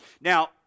Now